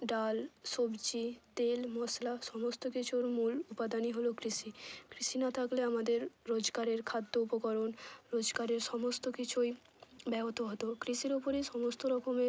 ডাল সবজি তেল মশলা সমস্ত কিছুর মূল উপাদানই হলো কৃষি কৃষি না থাকলে আমাদের রোজকারের খাদ্য উপকরণ রোজকারের সমস্ত কিছুই ব্যাহত হতো কৃষির ওপরেই সমস্ত রকমের